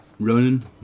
Ronan